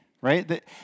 right